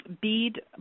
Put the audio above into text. bead